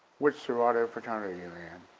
which sorority or fraternity are and